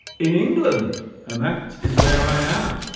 in england and that is where i am